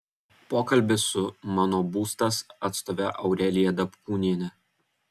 pokalbis su mano būstas atstove aurelija dapkūniene